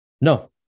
No